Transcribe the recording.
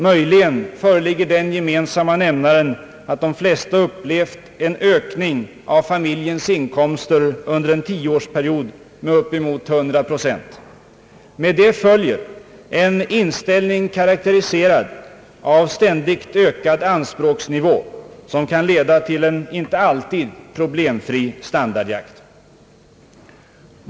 Möjligen föreligger den gemensamma nämnaren att de flesta upplevt en ökning av familjens inkomster under en tioårsperiod med upp emot 100 procent. Med det följer en inställning, karaktäriserad av ständigt ökad anspråksnivå, som kan leda till en inte alltid problemfri standardjakt.